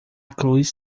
cruz